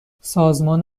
سازمان